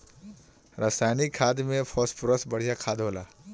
रासायनिक खाद में फॉस्फोरस बढ़िया खाद होला